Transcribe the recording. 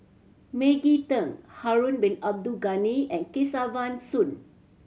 Maggie Teng Harun Bin Abdul Ghani and Kesavan Soon